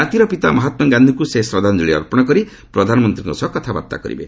କାତିର ପିତା ମହାତ୍ମା ଗାନ୍ଧୀଙ୍କୁ ସେ ଶ୍ରଦ୍ଧାଞ୍ଚଳି ଅର୍ପଣ କରି ପ୍ରଧାନମନ୍ତ୍ରୀଙ୍କ ସହ କଥାବାର୍ତ୍ତା କରିବେ